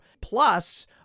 plus